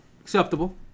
acceptable